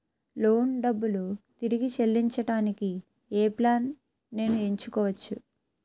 Loan డబ్బులు తిరిగి చెల్లించటానికి ఏ ప్లాన్ నేను ఎంచుకోవచ్చు?